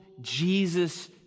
Jesus